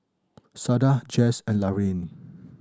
Sada Jess and Laraine